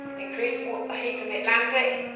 increased heat from the atlantic.